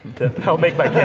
help make my